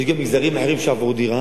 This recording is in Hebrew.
יש גם מגזרים אחרים, שעברו דירה